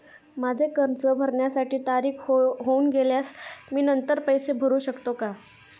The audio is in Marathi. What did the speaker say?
माझे कर्ज भरण्याची तारीख होऊन गेल्यास मी नंतर पैसे भरू शकतो का?